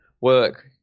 work